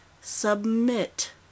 submit